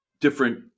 different